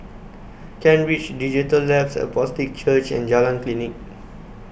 Kent Ridge Digital Labs Apostolic Church and Jalan Klinik